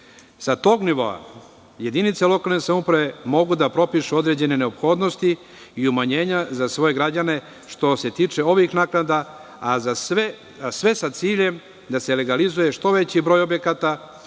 Sa tog nivoa, jedinice lokalne samouprave mogu da propišu određene neophodnosti i umanjenja za svoje građane, što se tiče ovih naknada, a sve sa ciljem da se legalizuje što veći broj objekata.